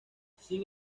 sin